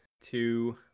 two